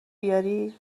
بیاری